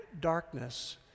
darkness